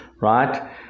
right